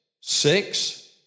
six